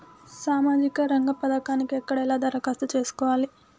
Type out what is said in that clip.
సామాజిక రంగం పథకానికి ఎక్కడ ఎలా దరఖాస్తు చేసుకోవాలి?